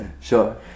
sure